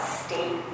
state